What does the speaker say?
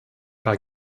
war